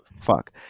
Fuck